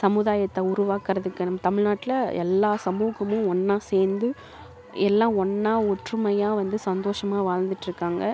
சமுதாயத்தை உருவாக்குறதுக்கு நம்ம தமிழ்நாட்டில் எல்லா சமூகமும் ஒன்றா சேர்ந்து எல்லாம் ஒன்றா ஒற்றுமையாக வந்து சந்தோஷமாக வாழ்ந்துட்டிருக்காங்க